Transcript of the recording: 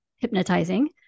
hypnotizing